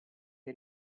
che